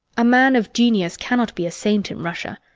a man of genius cannot be a saint in russia.